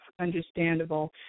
understandable